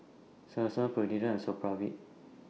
Selsun Polident and Supravit